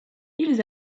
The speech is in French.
ils